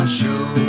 show